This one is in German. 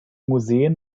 museen